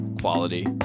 quality